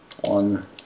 one